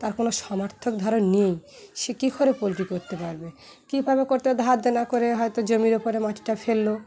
তার কোনো সমর্থক ধারণ নেই সে কী করে পোলট্রি করতে পারবে কীভাবে করতে ধার দে না করে হয়তো জমির ওপরে মাটিটা ফেললো